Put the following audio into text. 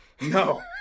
no